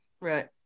Right